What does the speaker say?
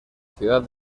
ciudad